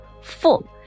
full